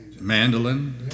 Mandolin